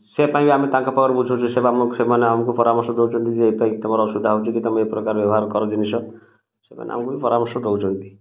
ସେ ପାଇଁ ବି ଆମେ ତାଙ୍କ ପାଖରୁ ବୁଝୁଛୁ ସେ ଆମକୁ ସେମାନେ ଆମକୁ ପରାମର୍ଶ ଦଉଛନ୍ତି ଯେ ଏପାଇଁ ତମର ଅସୁବିଧା ହେଉଛି କି ତୁମେ ଏପ୍ରକାର ବ୍ୟବହାର କର ଜିନିଷ ସେମାନେ ଆମକୁ ବି ପରାମର୍ଶ ଦଉଛନ୍ତି